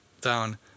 down